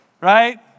right